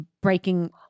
breaking